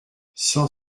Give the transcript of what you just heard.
cent